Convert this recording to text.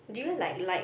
do you like like